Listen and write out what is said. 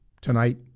tonight